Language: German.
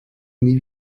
nie